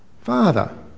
Father